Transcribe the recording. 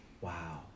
Wow